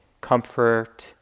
comfort